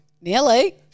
Nearly